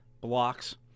blocks